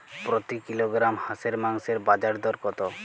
প্রতি কিলোগ্রাম হাঁসের মাংসের বাজার দর কত?